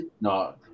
No